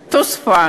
תוסף,